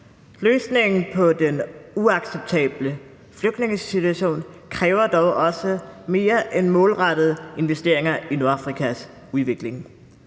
Løsningen på den uacceptable flygtningesituation kræver dog også mere end målrettede investeringer i Nordafrikas udvikling,